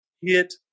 hit